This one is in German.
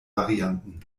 varianten